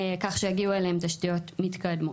כך שיגיעו אליהם תשתיות מתקדמות.